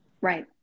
Right